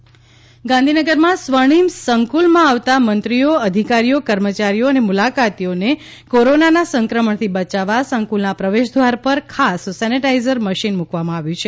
સ્વર્ણિમ સંકુલ sanitizer machine ગાંધીનગરમાં સ્વર્ણિમ સંકુલમાં આવતા મંત્રીઓ અધિકારીઓ કર્મચારીઓ અને મુલાકાતીઓને કોરોનાના સંક્રમણથી બચાવવા સંકુલના પ્રવેશદ્વાર પર ખાસ સેનેટાઇઝર મશીન મૂકવામાં આવ્યું છે